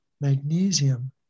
magnesium